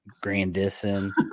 Grandison